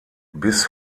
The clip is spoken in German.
bis